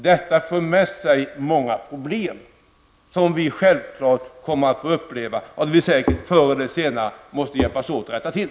Detta för med sig många problem, vilket vi självfallet kommer få uppleva och som vi förr eller senare måste hjälpas åt att rätta till.